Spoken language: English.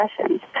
sessions